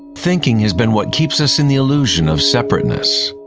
thinking has been what keeps us in the illusion of separateness,